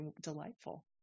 delightful